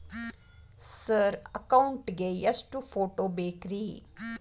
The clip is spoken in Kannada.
ಸರ್ ಅಕೌಂಟ್ ಗೇ ಎಷ್ಟು ಫೋಟೋ ಬೇಕ್ರಿ?